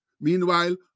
Meanwhile